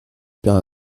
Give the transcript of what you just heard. pas